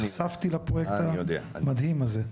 נחשפתי לפרויקט המדהים הזה.